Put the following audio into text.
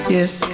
Yes